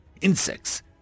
Insects